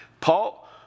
Paul